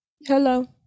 Hello